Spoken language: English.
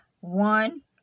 One